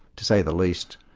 to say the least,